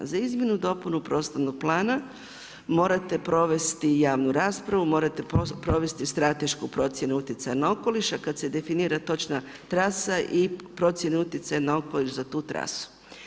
Za izmjenu i dopunu prostornog plana morate provesti javnu raspravu, morate provesti stratešku procjenu utjecaja na okoliš a kad se definira točna trasa i procjene utjecaja na okoliš za tu trasu.